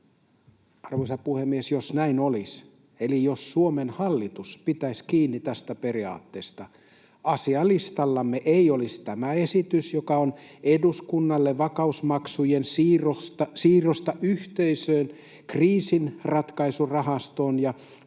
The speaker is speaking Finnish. Arvoisa puhemies! Jos näin olisi eli jos Suomen hallitus pitäisi kiinni tästä periaatteesta, asialistallamme ei olisi tätä esitystä eduskunnalle vakausmaksujen siirrosta yhteiseen kriisinratkaisurahastoon ja